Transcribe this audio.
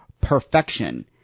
perfection